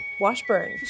Washburn